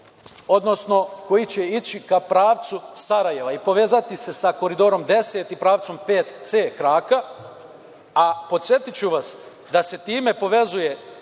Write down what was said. odnosno koji će ići ka pravcu Sarajeva i povezati se sa Koridorom 10 i pravcem 5C kraka. Podsetiću vas da se time povezuje